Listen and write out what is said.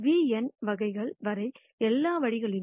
vn வகைகள் வரை எல்லா வழிகளிலும் A λ ν